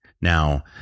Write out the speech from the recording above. Now